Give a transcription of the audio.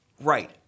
Right